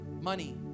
money